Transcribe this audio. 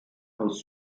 aus